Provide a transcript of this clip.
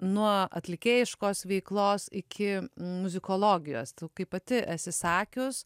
nuo atlikėjiškos veiklos iki muzikologijos kaip pati esi sakius